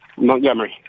Montgomery